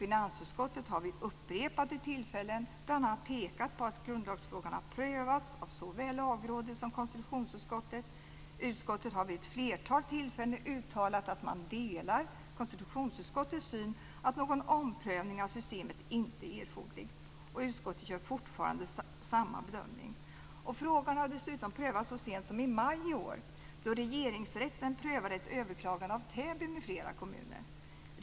Finansutskottet har vid upprepade tillfällen bl.a. pekat på att grundlagsfrågan prövats av såväl Lagrådet som konstitutionsutskottet. Utskottet har vid ett flertal tillfällen uttalat att man delar konstitutionsutskottets syn att någon omprövning av systemet inte är erforderlig. Utskottet gör fortfarande samma bedömning. Frågan har dessutom prövats så sent som i maj i år, då Regeringsrätten prövade ett överklagande av Täby m.fl. kommuner.